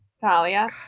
Talia